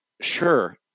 sure